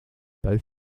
both